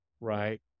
right